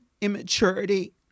immaturity